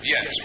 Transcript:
Yes